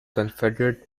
confederate